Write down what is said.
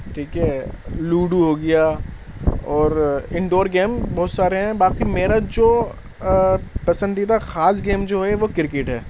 ٹھیک ہے لوڈو ہو گیا اور ان ڈور گیم بہت سارے ہیں باقی میرا جو پسندیدہ خاص گیم جو ہے وہ کرکٹ ہے